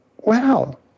wow